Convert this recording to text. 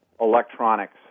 electronics